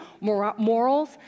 Morals